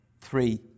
three